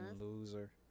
loser